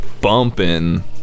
bumping